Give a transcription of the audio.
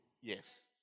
yes